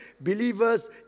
believers